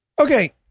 Okay